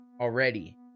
already